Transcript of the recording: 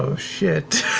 ah shit.